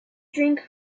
drink